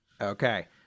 Okay